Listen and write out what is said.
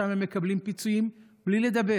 שם הם מקבלים פיצויים בלי לדבר.